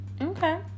Okay